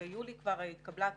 וביולי התקבלו